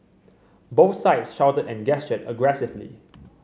both sides shouted and gestured aggressively